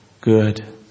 good